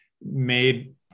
made